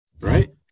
right